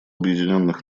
объединенных